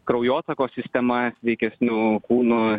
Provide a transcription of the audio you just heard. kraujotakos sistema sveikesniu kūnu